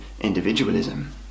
individualism